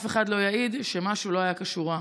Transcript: אף אחד לא יעיד שמשהו לא היה כשורה.